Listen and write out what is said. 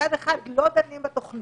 מצד אחד לא דנים בתוכנית,